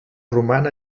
roman